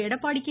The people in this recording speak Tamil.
எடப்பாடி கே